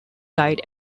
died